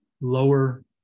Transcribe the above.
lower